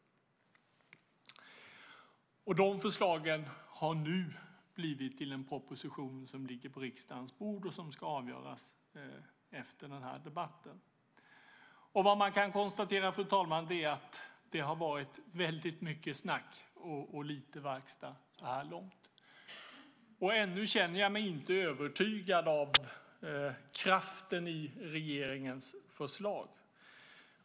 De förslagen har nu blivit till en proposition som ligger på riksdagens bord och som ska avgöras efter den här debatten. Vad man kan konstatera, fru talman, är att det har varit väldigt mycket snack och lite verkstad så här långt. Ännu känner jag mig inte övertygad av kraften i regeringens förslag.